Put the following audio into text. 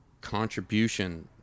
contribution